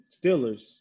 Steelers